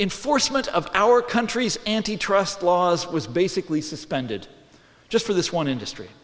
in force much of our country's antitrust laws was basically suspended just for this one industry